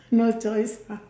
no choice